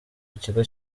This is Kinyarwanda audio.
ikigo